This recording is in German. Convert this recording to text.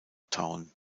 town